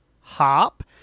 hop